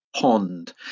pond